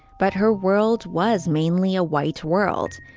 but her world was mainly a white world.